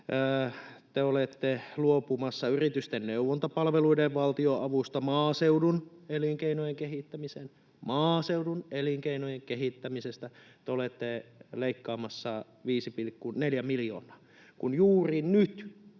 Te olette luopumassa yritysten neuvontapalveluiden valtionavusta maaseudun elinkeinojen kehittämiseen: te olette leikkaamassa 5,4 miljoonaa, kun juuri nyt